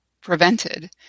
prevented